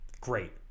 great